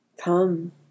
come